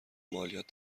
مالیات